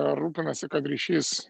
rūpinasi kad ryšys